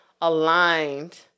aligned